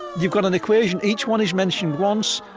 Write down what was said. you've got an equation each one is mentioned once,